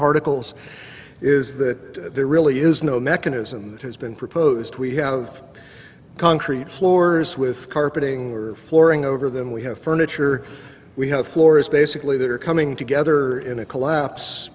particles is that there really is no mechanism that has been proposed we have concrete floors with carpeting or flooring over them we have furniture we have floors basically that are coming together in a collapse